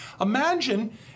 imagine